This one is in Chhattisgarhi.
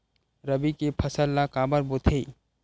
रबी के फसल ला काबर बोथे?